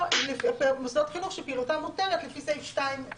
או על מוסדות חינוך שפעילותם מותרת לפי סעיף 2(ב).